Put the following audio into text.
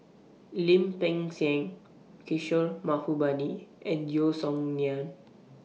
Lim Peng Siang Kishore Mahbubani and Yeo Song Nian